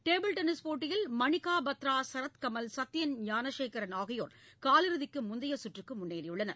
table tennis போட்டியில் மணிக்கா பத்ரா சரத் கமல் சத்தியன் ஞானசேகரன் ஆகியோர் காலிறுதிக்கு முந்தைய சுற்றுக்கு முன்னேறி உள்ளனர்